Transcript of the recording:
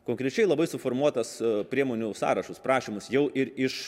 konkrečiai labai suformuotas priemonių sąrašus prašymus jau ir iš